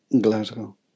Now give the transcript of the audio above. Glasgow